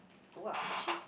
!wah! actually